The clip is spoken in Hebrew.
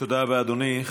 תודה רבה, אדוני.